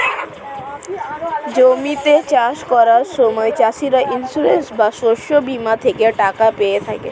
জমিতে চাষ করার সময় চাষিরা ইন্সিওরেন্স বা শস্য বীমা থেকে টাকা পেয়ে থাকে